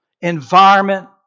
environment